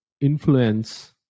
influence